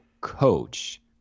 coach